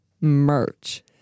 merch